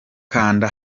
kanda